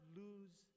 lose